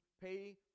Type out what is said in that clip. pay